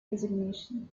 resignation